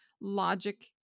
logic